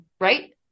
right